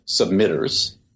submitters